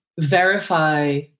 verify